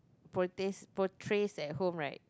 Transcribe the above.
portray portrays at home right